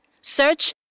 search